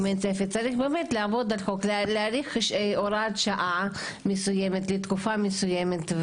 צריך לקבוע אותו כהוראת שעה לתקופה מסוימת.